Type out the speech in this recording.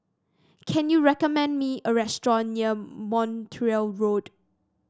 can you recommend me a restaurant near Montreal Road